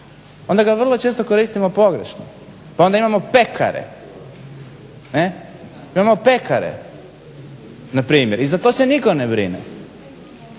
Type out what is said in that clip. onda ga vrlo često koristimo pogrešno, pa onda imamo pekare. Ne? Imamo pekare na primjer i za to se nitko ne brine.